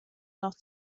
noch